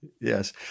Yes